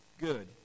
good